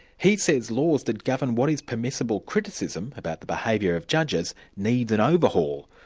he says laws that govern what is permissible criticism about the behaviour of judges need an overhaul,